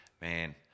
Man